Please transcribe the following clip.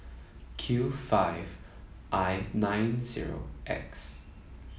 Q five I nine zero X